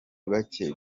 bake